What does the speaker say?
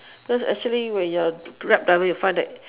cause actually when you're a grab driver you find that